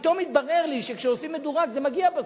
פתאום התברר לי שכשעושים מדורג זה מגיע בסוף,